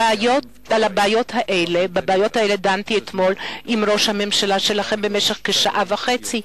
בבעיות האלה דנתי אתמול עם ראש הממשלה שלכם במשך כשעה וחצי,